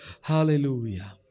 Hallelujah